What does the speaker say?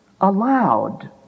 allowed